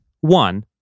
one